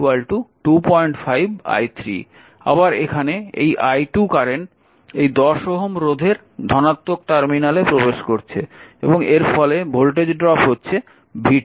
আবার এখানে এই i2 কারেন্ট এই 10 Ω রোধের ধনাত্মক টার্মিনালে প্রবেশ করছে এবং এর ফলে ভোল্টেজ ড্রপ হচ্ছে v2